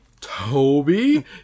toby